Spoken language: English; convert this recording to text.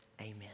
Amen